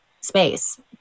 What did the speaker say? space